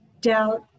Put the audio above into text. doubt